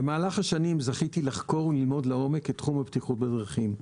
במהלך השנים זכיתי לחקור וללמוד לעומק את תחום הבטיחות בדרכים.